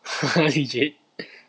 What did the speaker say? legit